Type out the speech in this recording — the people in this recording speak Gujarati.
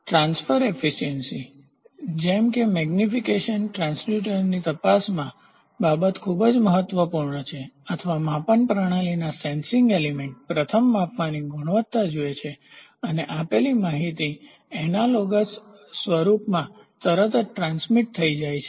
ટ્રાન્સફરવિસ્તરણ એફીસીયન્સી જેમ કે મેગનીફિકેશનવિસ્તૃતીકરણ ટ્રાંસ્ડ્યુસર્સની તપાસમાં આ બાબત ખૂબ જ મહત્વપૂર્ણ છે અથવા માપન પ્રણાલીના સેન્સિંગ એલિમેન્ટ પ્રથમ માપવાની ગુણવત્તા જુએ છે અને માપેલી માહિતી એનાલોગસસમાન સ્વરૂપમાં તરત જ ટ્રાન્સમીટ થઈ જાય છે